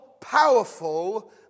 powerful